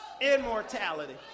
immortality